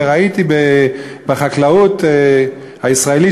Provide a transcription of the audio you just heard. וראיתי בחקלאות הישראלית,